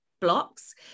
blocks